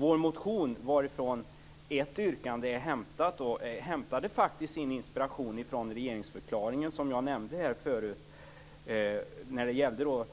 Vår motion, varifrån ett yrkande är hämtat, hämtade faktiskt sin inspiration från regeringsförklaringen, som jag nämnde förut. Det gällde